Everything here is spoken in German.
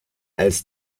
als